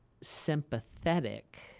sympathetic